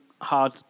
hard